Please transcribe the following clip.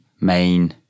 main